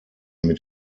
mit